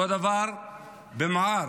אותו הדבר במע'אר,